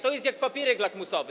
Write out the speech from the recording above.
To jest jak papierek lakmusowy.